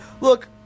look